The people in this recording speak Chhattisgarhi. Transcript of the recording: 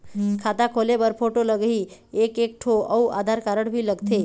खाता खोले बर फोटो लगही एक एक ठो अउ आधार कारड भी लगथे?